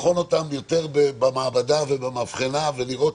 לבחון אותם יותר במעבדה ובמבחנה ולראות